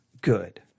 good